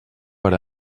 per